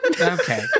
okay